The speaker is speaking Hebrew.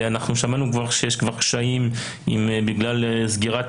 שמענו שיש כבר קשיים בגלל סגירת